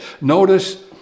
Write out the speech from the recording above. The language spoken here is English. Notice